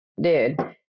Dude